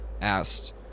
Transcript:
asked